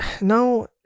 No